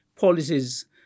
policies